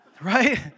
Right